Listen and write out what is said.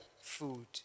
food